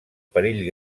perill